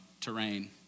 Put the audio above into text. terrain